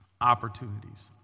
opportunities